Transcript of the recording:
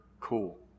cool